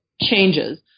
changes